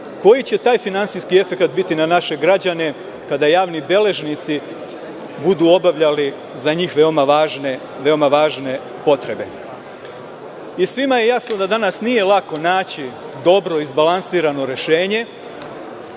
koji će finansijski efekat biti na naše građane kada javni beležnici budu obavljali za njih veoma važne potrebe? Svima je jasno da danas nije lako naći dobro izbalansirano rešenje